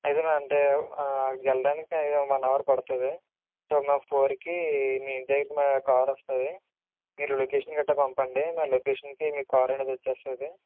అయితే మేడం అంటే అక్కడికి వెళ్ళడానికి వన్ అవర్ పడుతుంది సో మేము ఫోర్కి మీ ఇంటి దగ్గరకి మా కారు వస్తుంది మీరు లొకేషన్ గట్రా పంపండి ఆ లొకేషన్కి మీ కార్ అనేది వచ్చేస్తుంది